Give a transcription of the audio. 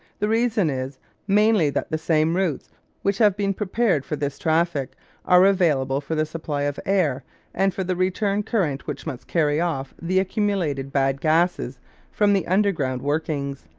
the reason is mainly that the same routes which have been prepared for this traffic are available for the supply of air and for the return current which must carry off the accumulated bad gases from the underground workings.